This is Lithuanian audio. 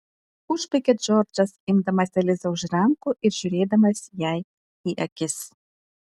užbaigė džordžas imdamas elizą už rankų ir žiūrėdamas jai į akis